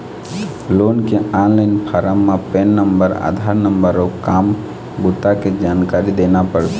loan के online फारम म पेन नंबर, आधार नंबर अउ काम बूता के जानकारी देना परथे